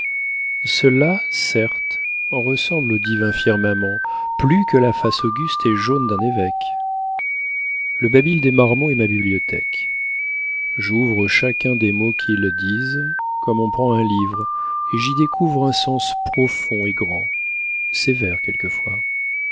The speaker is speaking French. cela certes ressemble au divin firmament plus que la face auguste et jaune d'un évêque le babil des marmots est ma bibliothèque j'ouvre chacun des mots qu'ils disent comme on prend un livre et j'y découvre un sens profond et grand sévère quelquefois